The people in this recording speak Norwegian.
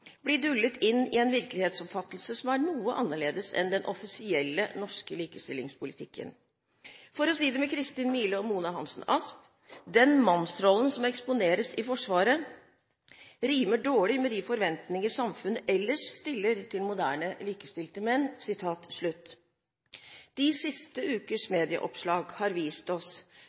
bli dullet inn i en virkelighetsoppfattelse som er noe annerledes enn den offisielle Norske likestillingspolitikken. For å si det med Kristin Mile og Mona Hansen-Asp: Den mannsrollen som eksponeres i Forsvaret rimer dårlig med de forventninger samfunnet ellers stiller til moderne, likestilte menn.» De siste ukers medieoppslag har vist oss